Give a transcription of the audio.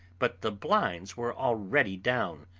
but the blinds were already down,